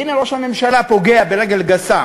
והנה, ראש הממשלה פוגע ברגל גסה